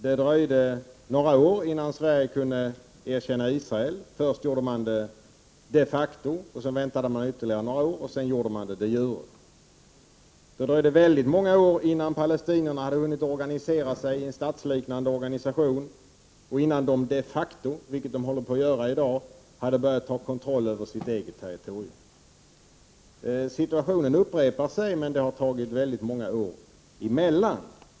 Det dröjde några år innan Sverige kunde erkänna Israel; först gjorde vi det de facto, och efter ytterligare några år gjorde vi det de jure. Det dröjde väldigt många år innan palestinierna hade hunnit organisera sig i ett statsliknande organ, och innan de — så som håller på att ske i dag — de facto hade börjat ta kontroll över sitt eget territorium. Situationen upprepar sig, men det har tagit väldigt många år emellan.